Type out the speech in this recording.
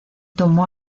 tomó